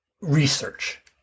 research